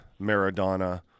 Maradona